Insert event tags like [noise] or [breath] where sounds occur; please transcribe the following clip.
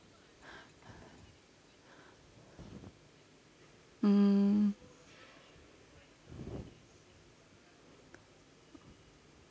[breath] mm